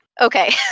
Okay